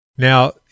Now